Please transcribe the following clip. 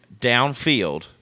downfield